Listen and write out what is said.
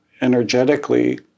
energetically